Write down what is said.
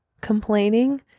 complaining